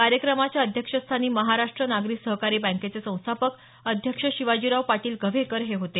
कार्यक्रमाच्या अध्यक्षस्थानी महाराष्ट्र नागरी सहकारी बँकेचे संस्थापक अध्यक्ष शिवाजीराव पाटील कव्हेकर होते